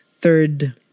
Third